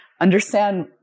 understand